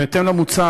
בהתאם למוצע,